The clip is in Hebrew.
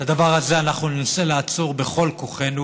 את הדבר הזה אנחנו ננסה לעצור בכל כוחנו,